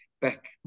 back